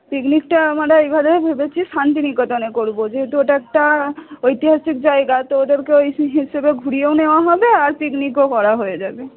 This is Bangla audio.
পিকনিকটা আমরা এইবারে ভেবেছি শান্তিনিকেতনে করব যেহেতু ওটা একটা ঐতিহাসিক জায়গা তো ওদেরকে ওই হিসাবে ঘুরিয়েও নেওয়া হবে আর পিকনিকও করা হয়ে যাবে